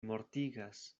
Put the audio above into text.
mortigas